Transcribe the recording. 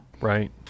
right